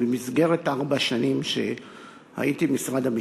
השר לביטחון הפנים מופיע מחר בפני הכנסת,